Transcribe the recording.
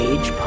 Age